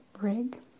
rig